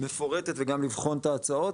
מפורטת וגם לבחון את ההצעות.